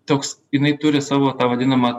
toks jinai turi savo tą vadinamą